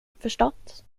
förstått